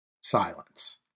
Silence